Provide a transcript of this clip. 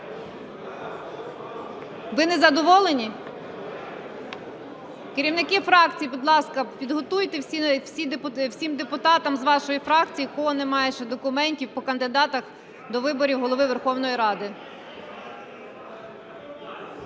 Ви незадоволені? Керівники фракцій, будь ласка, підготуйте всім депутатам з вашої фракції, в кого немає ще, документи по кандидатах до виборів Голови Верховної Ради.